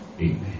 Amen